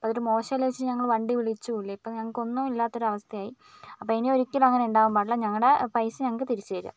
അതൊരു മോശമല്ലേ എന്നുവച്ച് ഞങ്ങൾ വണ്ടി വിളിച്ചുമില്ല ഇപ്പോൾ ഞങ്ങൾക്ക് ഒന്നും ഇല്ലാത്തൊരു അവസ്ഥയായി അപ്പോൾ ഇനി ഒരിക്കലും അങ്ങനെ ഉണ്ടാവാൻ പാടില്ല ഞങ്ങളുടെ പൈസ ഞങ്ങൾക്ക് തിരിച്ചു തരിക